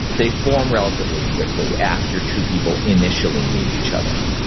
they form relatively quickly after two people initially meet each other,